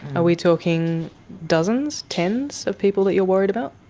are we talking dozens, tens of people that you're worried about?